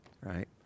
Right